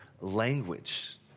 language